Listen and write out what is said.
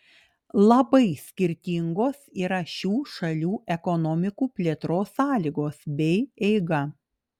labai skirtingos yra šių šalių ekonomikų plėtros sąlygos bei eiga